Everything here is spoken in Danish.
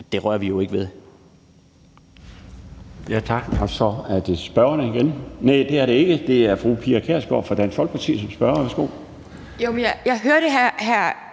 det rører vi jo ikke ved.